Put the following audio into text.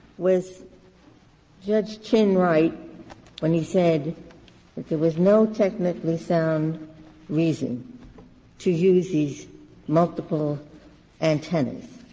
was judge chin right when he said there was no technically sound reason to use these multiple antennas?